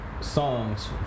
songs